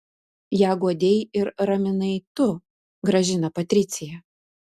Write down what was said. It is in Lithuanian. ją guodei ir raminai tu gražina patricija